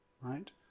Right